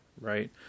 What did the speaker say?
Right